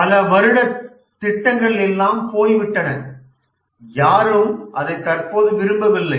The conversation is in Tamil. பல வருட திட்டங்கள் எல்லாம் போய்விட்டன யாரும் அதை தற்போது விரும்பவில்லை